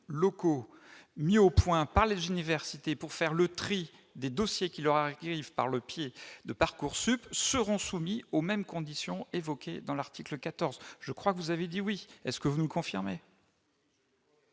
mis au point par les universités pour faire le tri des dossiers qui leur écrivent par le pied de Parcoursup seront soumis aux mêmes conditions évoquées dans l'article 14 je crois que vous avez dit oui est ce que vous nous confirmez.